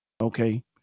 Okay